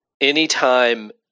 Anytime